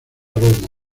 roma